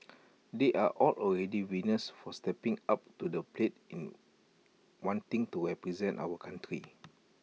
they are all already winners for stepping up to the plate in wanting to represent our country